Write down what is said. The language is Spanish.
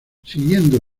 siguiendo